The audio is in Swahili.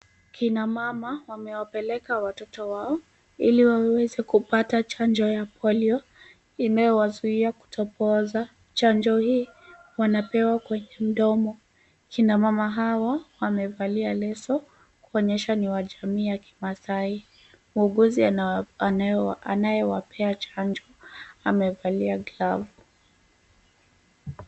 Kina mama wamewapeleka watoto wao ili waweze kupata chanjo ya Polio inayowazuia kutopooza. Chanjo hii wanapewa kwenye mdomo. Kina mama hawa wamevalia leso kuonyesha ni wa jamii ya kimaasai. Muuguzi anayewapea chanjo amevalia glavu.